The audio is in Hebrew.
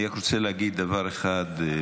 אני רק רוצה להגיד דבר אחד.